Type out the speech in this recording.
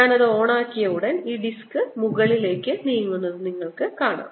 ഞാൻ അത് ഓണാക്കിയ ഉടൻ ഈ ഡിസ്ക് മുകളിലേക്ക് നീങ്ങുന്നത് നിങ്ങൾ കാണും